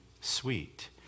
sweet